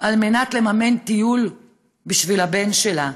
ולממן טיול בשביל הבן שלה.